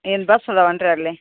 ಏನು ಬಸ್ ಅದಾವು ಏನ್ ರೀ ಅಲ್ಲೆ